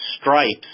stripes